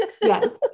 Yes